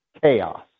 chaos